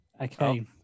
Okay